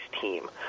team